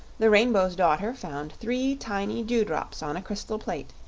the rainbow's daughter found three tiny dewdrops on a crystal plate,